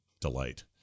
delight